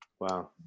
wow